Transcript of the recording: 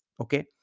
Okay